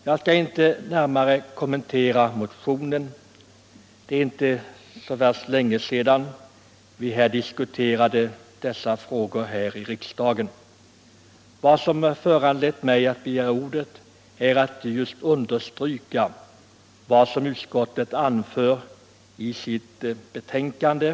Jag skall inte närmare kommentera motionen — det är inte så värst länge sedan vi diskuterade dessa frågor här i riksdagen. Jag har endast begärt ordet för att understryka vad utskottet anför i sitt betänkande.